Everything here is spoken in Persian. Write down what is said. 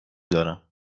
دارم